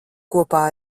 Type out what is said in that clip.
kopā